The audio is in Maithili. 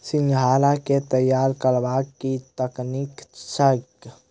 सिंघाड़ा केँ तैयार करबाक की तकनीक छैक?